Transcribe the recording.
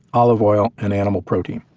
olive oil, and animal protein.